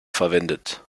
verwendet